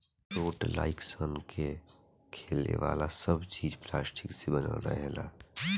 छोट like son के खेले वाला सब चीज़ पलास्टिक से बनल रहेला